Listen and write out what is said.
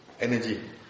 energy